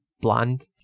bland